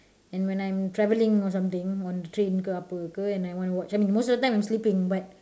and when I am travelling or something on the train ke apa ke and I wanna watch something most of the time I'm sleeping but